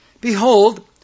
Behold